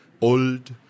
old